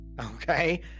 Okay